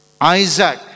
Isaac